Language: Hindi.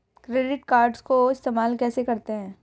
क्रेडिट कार्ड को इस्तेमाल कैसे करते हैं?